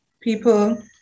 people